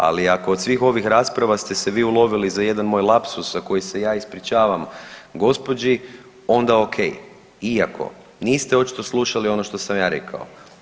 Ali ako od svih ovih rasprava ste se vi ulovili za jedan moj lapsus za koji se ja ispričavam gospođi onda ok, iako niste očito slušali ono što sam ja rekao.